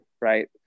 right